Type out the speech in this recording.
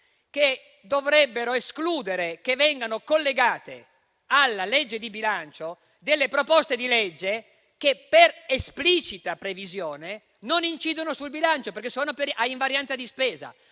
che dovrebbero escludere che vengano collegate alla legge di bilancio proposte di legge che, per esplicita previsione, non incidono sul bilancio, perché sono a invarianza di spesa.